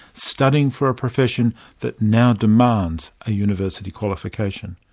studying for a profession that now demands a university qualification.